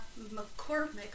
McCormick